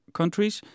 countries